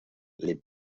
les